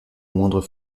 moindre